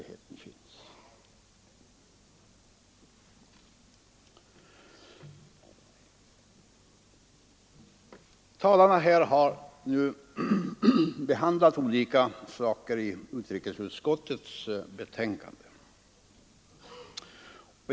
De tidigare talarna här i kammaren har behandlat olika saker i utrikesutskottets betänkande.